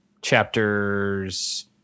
chapters